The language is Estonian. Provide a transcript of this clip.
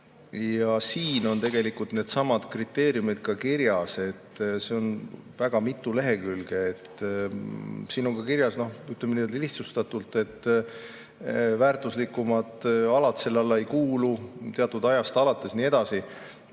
Siin on tegelikult needsamad kriteeriumid ka kirjas, seda on väga mitu lehekülge. Siin on ka kirjas, ütleme lihtsustatult, et väärtuslikumad alad selle alla ei kuulu, teatud ajast alates ja nii edasi.